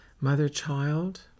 Mother-child